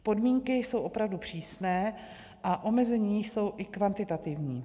Podmínky jsou opravdu přísné a omezení jsou i kvantitativní.